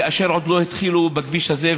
כאשר עוד לא התחילו בכביש הזה,